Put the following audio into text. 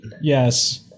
yes